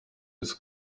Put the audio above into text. yesu